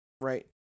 right